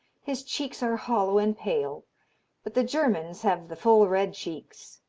his cheeks are hollow and pale but the germans have the full red cheeks.